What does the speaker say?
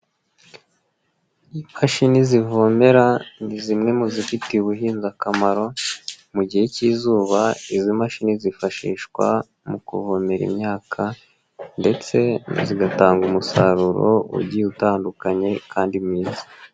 Imashini zivomera ni zimwe mu zifitiye ubuhinzi akamaro, mu gihe cy'izuba izi mashini zifashishwa mu kuvomerara imyaka ndetse zigatanga umusaruro ugiye utandukanye kandi mwiza.